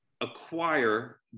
acquire